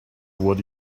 what